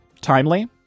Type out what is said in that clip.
Timely